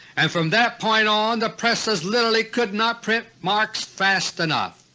and from that point on the presses literally could not print marks fast enough.